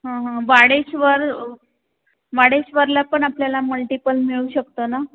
हं हं वाडेश्वर वाडेश्वरला पण आपल्याला मल्टिपल मिळू शकतं ना